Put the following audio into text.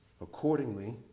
Accordingly